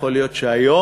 יכול להיות שהיום